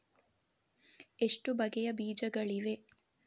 ಎಷ್ಟು ಬಗೆಯ ಬೀಜಗಳಿವೆ?